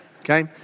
okay